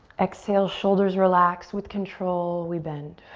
exhale, shoulders relax with control, we bend.